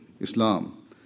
Islam